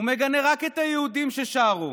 הוא מגנה רק את היהודים ששרו.